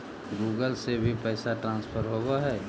Google से भी पैसा ट्रांसफर होवहै?